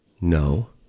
No